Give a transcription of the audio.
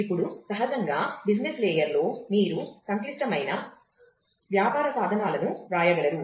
ఇప్పుడు సహజంగా business layer లో మీరు సంక్లిష్టమైన వ్యాపార సాధనాలను వ్రాయగలరు